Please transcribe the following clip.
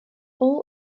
all